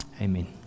Amen